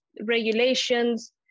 regulations